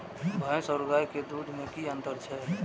भैस और गाय के दूध में कि अंतर छै?